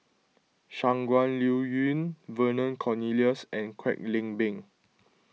Shangguan Liuyun Vernon Cornelius and Kwek Leng Beng